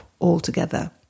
altogether